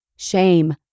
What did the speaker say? Shame